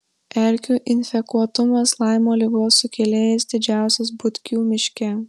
erkių infekuotumas laimo ligos sukėlėjais didžiausias butkių miške